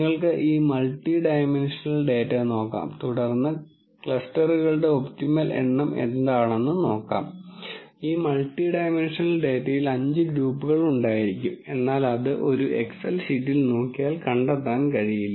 നിങ്ങൾക്ക് ഈ multi dimensional data നോക്കാം തുടർന്ന് ക്ലസ്റ്ററുകളുടെ ഒപ്റ്റിമൽ എണ്ണം എന്താണെന്ന് നോക്കാം ഈ മൾട്ടി ഡൈമൻഷണൽ ഡാറ്റയിൽ 5 ഗ്രൂപ്പുകൾ ഉണ്ടായിരിക്കും എന്നാൽ അത് ഒരു എക്സൽ ഷീറ്റിൽ നോക്കിയാൽ കണ്ടെത്താൻ കഴിയില്ല